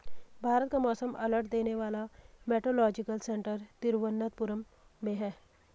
भारत का मौसम अलर्ट देने वाला मेट्रोलॉजिकल सेंटर तिरुवंतपुरम में है